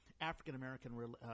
African-American